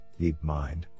DeepMind